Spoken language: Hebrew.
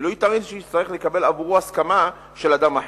ולא ייתכן שהוא יצטרך לקבל עבורו הסכמה של אדם אחר.